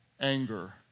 anger